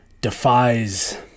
defies